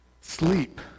Sleep